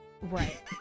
Right